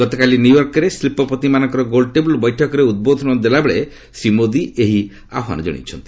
ଗତକାଲି ନ୍ୟୁୟର୍କରେ ଶିଳ୍ପପତିମାନଙ୍କର ଗୋଲ୍ଟେବୁଲ ବୈଠକରେ ଉଦ୍ବୋଧନ ଦେଲାବେଳେ ଶ୍ରୀ ମୋଦି ଏହି ଆହ୍ୱାନ ଜଣାଇଛନ୍ତି